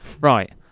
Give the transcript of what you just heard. Right